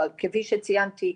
כפי שציינתי,